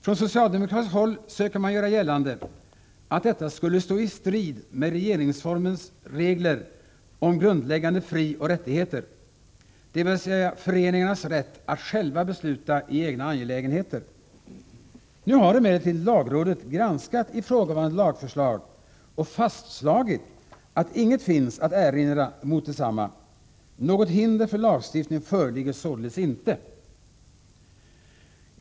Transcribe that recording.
Från socialdemokratiskt håll söker man göra gällande att detta skulle stå i strid med regeringsformens regler om grundläggande frioch rättigheter, dvs. föreningarnas rätt att själva besluta i egna angelägenheter. Nu har emellertid lagrådet granskat ifrågavarande lagförslag och fastslagit att inget finns att erinra emot detsamma. Något hinder för lagstiftning föreligger således inte.